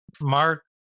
mark